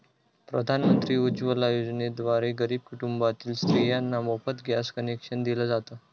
प्रधानमंत्री उज्वला योजनेद्वारे गरीब कुटुंबातील स्त्रियांना मोफत गॅस कनेक्शन दिल जात